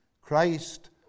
Christ